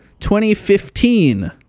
2015